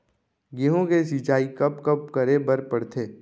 गेहूँ के सिंचाई कब कब करे बर पड़थे?